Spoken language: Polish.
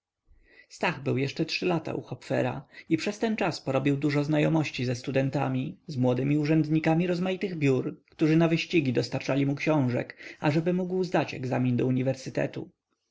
był jeszcze ze trzy lata u hopfera i przez ten czas porobił dużo znajomości ze studentami z młodymi urzędnikami rozmaitych biur którzy na wyścigi dostarczali mu książek ażeby mógł zdać egzamin do uniwersytetu